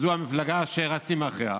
המפלגה שרצים אחריה,